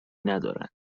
ندارند